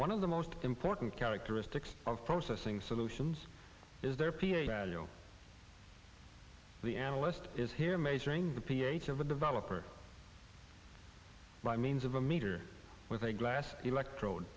one of the most important characteristics of processing solutions is their ph the analyst is here measuring the ph of a developer by means of a meter with a glass electrode